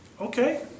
okay